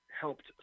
helped